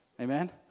Amen